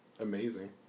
amazing